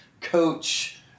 coach